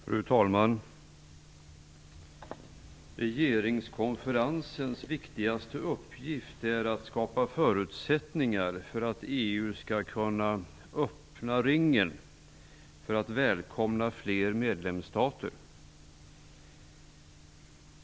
Fru talman! Regeringskonferensens viktigaste uppgift är att skapa förutsättningar för att EU skall kunna öppna ringen för att välkomna fler medlemsstater.